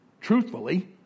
Truthfully